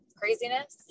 craziness